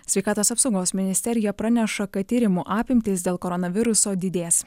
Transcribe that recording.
sveikatos apsaugos ministerija praneša kad tyrimų apimtys dėl koronaviruso didės